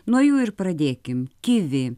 nuo jų ir pradėkim kivi